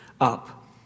up